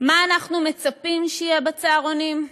מה אנחנו מצפים שיהיה בצהרונים,